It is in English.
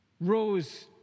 rose